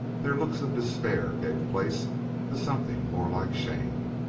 their looks of despair gave place to something more like shame,